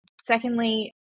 Secondly